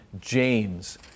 James